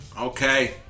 okay